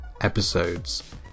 episodes